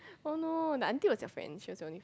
oh no the aunty was your friend she was the only